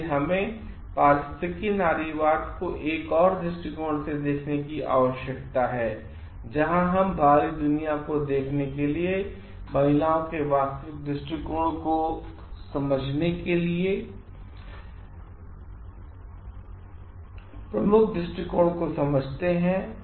इसलिए हमें पारिस्थिकी नारीवाद को एक और दृश्टिकोण से देखने की आवशयक्ता हैजहां हम बाहरी दुनिया को देखने के लिए महिलाओं के वास्तविक दृष्टिकोण को समझने के प्रमुख दृष्टिकोण को समझते हैं